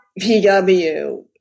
PW